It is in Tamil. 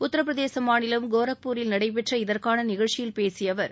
உத்தரப்பிரதேச மாநிலம் கோரக்பூரில் நடைபெற்ற இதற்கான நிகழ்ச்சியில் பேசிய அவர்